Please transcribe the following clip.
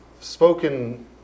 spoken